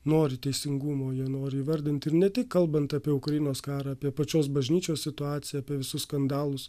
nori teisingumo jie nori įvardinti ir ne tik kalbant apie ukrainos karą apie pačios bažnyčios situaciją apie visus skandalus